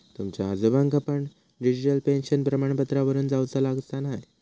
तुमच्या आजोबांका पण डिजिटल पेन्शन प्रमाणपत्रावरून जाउचा लागाचा न्हाय